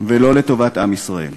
ולא לטובת עם ישראל.